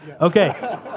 Okay